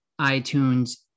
iTunes